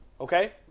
okay